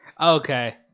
okay